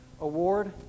award